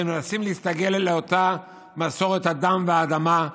והם מנסים 'להסתגל' לאותה 'מסורת הדם והאדמה'